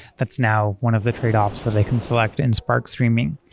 that's now one of the tradeoffs that i can select in spark streaming,